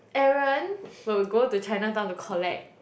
Aaron will go to Chinatown to collect